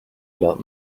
about